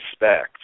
respect